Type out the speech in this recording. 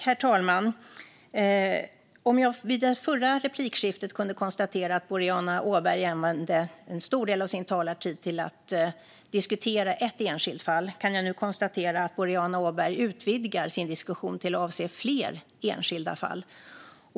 Herr talman! Om jag i det förra inlägget kunde konstatera att Boriana Åberg använde en stor del av sin talartid till att diskutera ett enskilt fall kan jag nu konstatera att Boriana Åberg utvidgar sin diskussion till att avse fler enskilda fall.